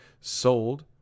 sold –